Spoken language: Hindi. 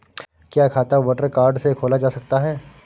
क्या खाता वोटर कार्ड से खोला जा सकता है?